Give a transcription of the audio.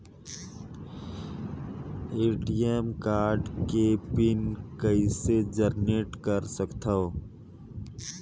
ATM card के pin कइसे generate कर सकथव?